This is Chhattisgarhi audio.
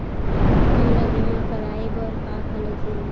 मोला बीमा कराये बर का का लगही?